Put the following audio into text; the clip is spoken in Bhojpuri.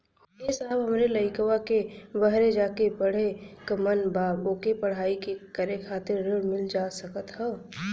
ए साहब हमरे लईकवा के बहरे जाके पढ़े क मन बा ओके पढ़ाई करे खातिर ऋण मिल जा सकत ह?